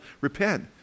repent